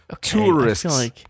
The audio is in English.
Tourists